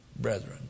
brethren